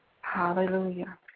Hallelujah